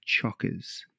chockers